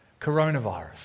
Coronavirus